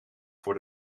voor